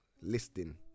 listing